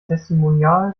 testimonial